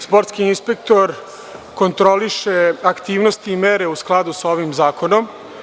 Sportski inspektor kontroliše aktivnosti i mere u skladu sa ovim zakonom.